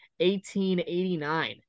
1889